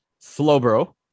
Slowbro